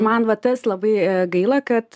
man va tas labai gaila kad